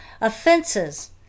offenses